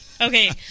Okay